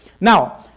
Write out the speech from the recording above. Now